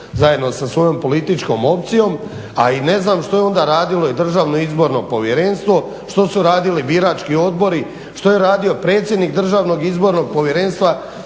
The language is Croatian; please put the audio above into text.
zajedno sa svojom političkom opcijom, a i ne znam što je onda radilo DIP što su radili birački odbori, što je radio predsjednik DIP-a koji je državni